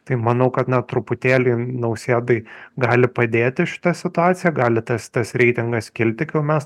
tai manau kad na truputėlį nausėdai gali padėti šita situacija gali tas tas reitingas kilti kol mes